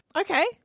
Okay